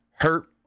hurt